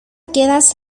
quedas